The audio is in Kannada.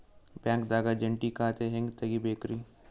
ಬ್ಯಾಂಕ್ದಾಗ ಜಂಟಿ ಖಾತೆ ಹೆಂಗ್ ತಗಿಬೇಕ್ರಿ?